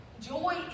Joy